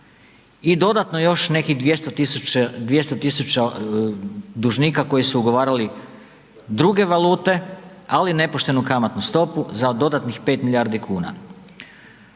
i dodatno još nekih 200 tisuća, 200 tisuća dužnika koji su ugovarali druge valute, ali nepoštenu kamatnu stopu za dodatnih 5 milijardi kuna.